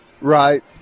Right